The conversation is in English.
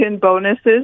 bonuses